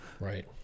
Right